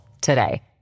today